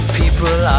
people